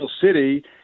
city